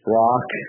rock